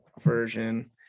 version